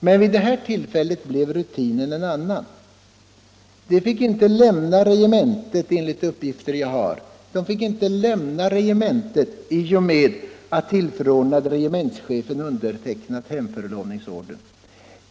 Men vid det här tillfället var rutinen en annan. De fick inte lämna regementet, enligt de uppgifter jag har, i och med att tillförordnade regementschefen undertecknat hemförlovningsordern.